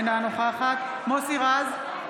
אינה נוכחת מוסי רז,